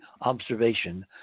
observation